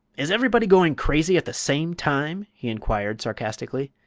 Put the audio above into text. is everybody going crazy at the same time? he inquired, sarcastically.